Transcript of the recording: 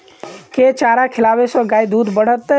केँ चारा खिलाबै सँ गाय दुध बढ़तै?